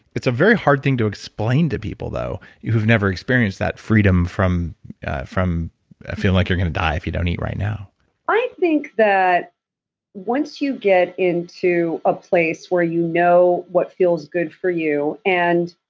it's a very hard thing to explain to people, though, who've never experienced that freedom from from feeling like you're going to die if you don't eat right now i think that once you get into a place where you know what feels good for you and